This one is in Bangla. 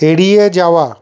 এড়িয়ে যাওয়া